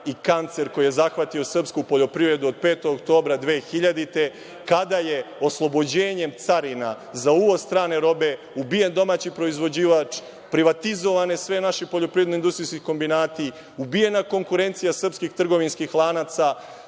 i kancer koji je zahvatio srpsku poljoprivredu od 5. oktobra 2000. kada je oslobođenjem carina za uvoz strane robe ubijen domaćiproizvođač, privatizovani su svi naši poljoprivredno industrijski kombinati, ubijena je konkurencija srpskih trgovinskih lanaca,